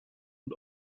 und